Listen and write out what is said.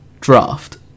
draft